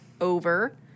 over